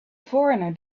foreigner